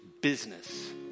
business